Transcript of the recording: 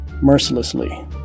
mercilessly